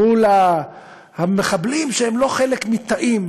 מול המחבלים שהם לא חלק מתאים,